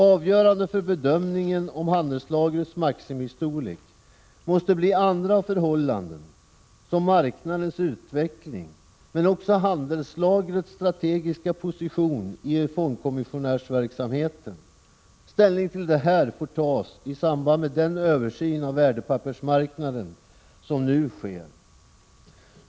Avgörande för bedömningen av handelslagrets maximistorlek måste bli andra förhållanden, såsom marknadens utveckling, men också handelslagrets strategiska position i fondkommissionärsverksam heten. Ställning till detta får tas i samband med den översyn av värdepappersmarknaden som nu sker.